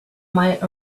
might